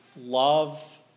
love